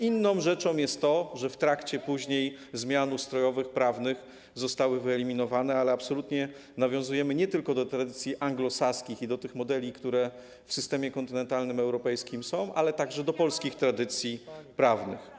Inną rzeczą jest to, że później w trakcie zmian ustrojowych, prawnych zostały one wyeliminowane, ale absolutnie nawiązujemy nie tylko do tradycji anglosaskich i do modeli, które są w systemie kontynentalnym, europejskim, ale także do polskich tradycji prawnych.